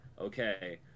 okay